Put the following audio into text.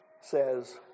says